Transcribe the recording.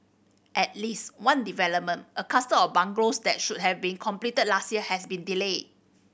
at least one development a cluster of bungalows that should have been completed last year has been delayed